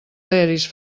aeris